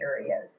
areas